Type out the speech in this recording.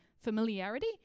familiarity